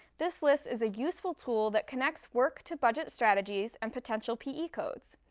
this list is a useful tool that connects work to budget strategies and potential pe codes.